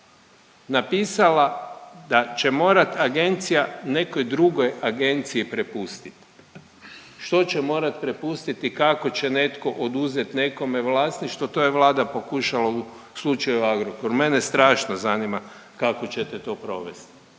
napisala da će morat agencija nekoj drugoj agenciji prepustit. Što će morat prepustit i kako će netko oduzet nekome vlasništvo? To je Vlada pokušala u slučaju Agrokor. Mene strašno zanima kako ćete to provesti,